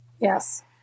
Yes